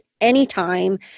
anytime